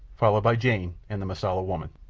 followed by jane and the mosula woman.